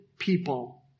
people